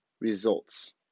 results